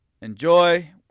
enjoy